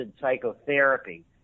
psychotherapy